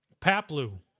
Paplu